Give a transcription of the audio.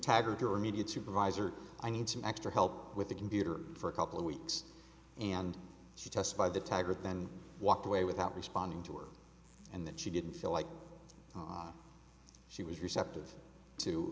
tag or immediate supervisor i need some extra help with the computer for a couple of weeks and she just by the tiger then walked away without responding to her and that she didn't feel like she was receptive to